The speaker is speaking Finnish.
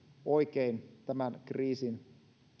oikein tämän kriisin